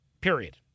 Period